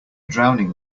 drowning